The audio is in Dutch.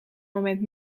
moment